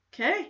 Okay